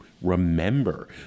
remember